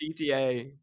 GTA